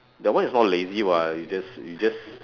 that one is not lazy [what] it's just it's just